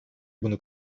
bunu